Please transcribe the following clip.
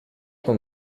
con